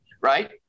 Right